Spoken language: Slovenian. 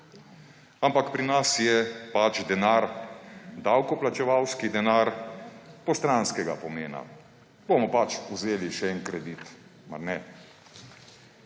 Ampak pri nas je pač denar, davkoplačevalski denar, postranskega pomena. Bomo pač vzeli še en kredit, mar ne?